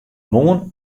moarn